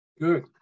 good